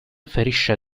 ferisce